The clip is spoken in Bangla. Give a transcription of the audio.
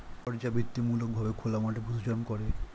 পর্যাবৃত্তিমূলক ভাবে খোলা মাঠে পশুচারণ করে